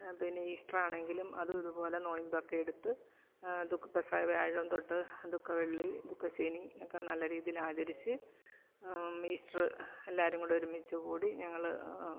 പിന്നെ ഈസ്റ്ററാണെങ്കിലും അതും ഇതുപോലെ നോയിമ്പൊക്കെ എടുത്ത് ദുഃഖ പെസഹ വ്യാഴം തൊട്ട് ദുഃഖ വെള്ളി ദുഃഖ ശനി ഒക്കെ നല്ല രീതിയിൽ ആചരിച്ച് ഈസ്റ്ററ് എല്ലാവരും കൂടി ഒരുമിച്ച് കൂടി ഞങ്ങൾ